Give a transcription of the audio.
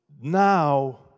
now